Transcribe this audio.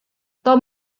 tom